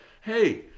Hey